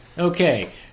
Okay